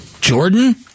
Jordan